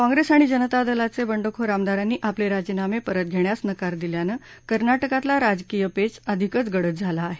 काँग्रेस आणि जनता दलाच्या बंडखोर आमदारांनी आपले राजीनामे परत घेण्यास नकार दिल्यानं कर्नाटकातला राजकीय पेच अधिकच गडद झाला आहे